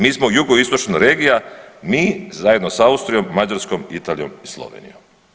Mi smo jugoistočna regija, mi zajedno s Austrijom, Mađarskom, Italijom i Slovenijom.